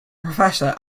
professor